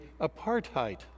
apartheid